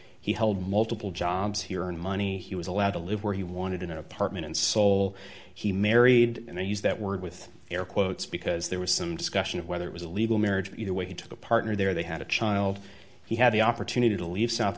he held multiple jobs here and money he was allowed to live where he wanted in an apartment in seoul he married and they use that word with air quotes because there was some discussion of whether it was a legal marriage either way he took a partner there they had a child he had the opportunity to leave south